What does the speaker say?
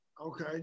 Okay